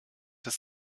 des